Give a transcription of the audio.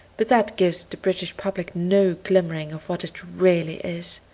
but that gives the british public no glimmering of what it really is.